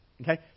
Okay